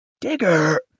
Digger